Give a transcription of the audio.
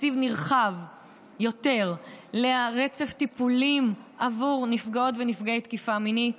נרחב יותר לרצף טיפולים עבור נפגעות ונפגעי תקיפה מינית.